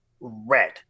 red